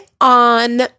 on